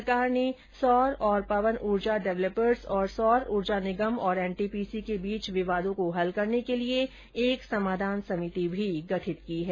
सरकार ने सौर और पवन ऊर्जा डेवलेपर्स तथा सौर ऊर्जा निगम और एन टी पी सी के बीच विवादों को हल करने के लिए एक समाधान समिति का भी गठन किया है